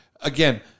again